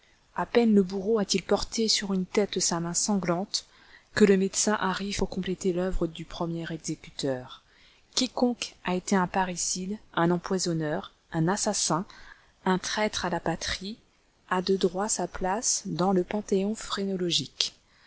à peine le bourreau a-t-il porté sur une tête sa main sanglante que le médecin arrive pour compléter l'oeuvre du premier exécuteur quiconque a été un parricide un empoisonneur un assassin un traître à la patrie a de droit sa place dans le panthéon